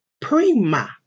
prima